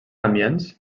amiens